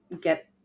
get